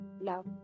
love